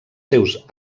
seus